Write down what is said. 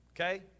okay